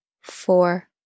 four